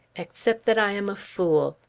except that i am a fool!